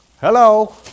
Hello